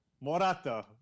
morata